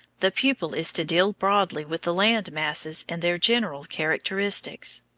the pupil is to deal broadly with the land masses and their general characteristics.